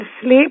sleep